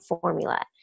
formula